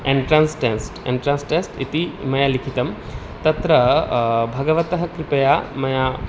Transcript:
entrance test entrance test इति मया लिखितं तत्र भगवतः कृपया मया